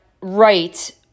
right